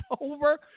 over